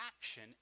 action